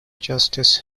justice